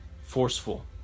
forceful